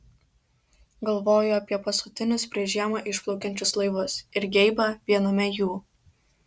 galvoju apie paskutinius prieš žiemą išplaukiančius laivus ir geibą viename jų